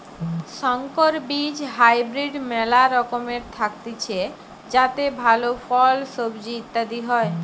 সংকর বীজ হাইব্রিড মেলা রকমের থাকতিছে যাতে ভালো ফল, সবজি ইত্যাদি হয়